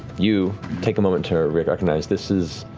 you take a moment to recognize, this is